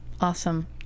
Awesome